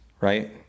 right